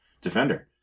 defender